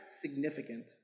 significant